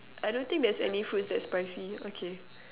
I don't think there's any fruits that's spicy okay